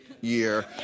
year